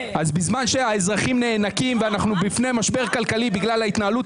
אז בזמן שהאזרחים נאנקים ואנחנו בפני משבר כלכלי בגלל ההתנהלות